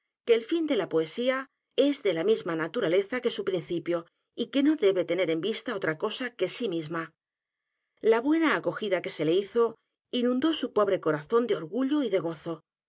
que el fin de la poesía es de la misma naturaleza que su principio y que no debe tener en vista otra cosa que sí misma la buena acogida que se le hizo inundó su pobre corazón de orgullo y de gozo